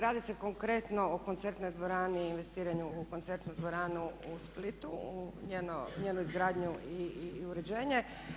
Radi se konkretno o koncertnoj dvorani i investiranju u koncertnu dvoranu u Splitu, u njenu izgradnju i uređenje.